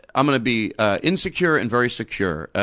i'm going to be ah insecure and very secure.